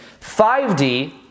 5d